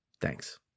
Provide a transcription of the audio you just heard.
Thanks